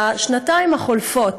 בשנתיים החולפות